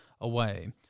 away